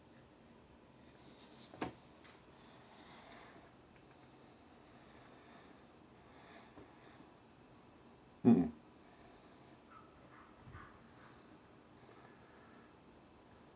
mmhmm